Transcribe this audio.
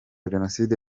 jenoside